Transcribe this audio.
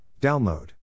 Download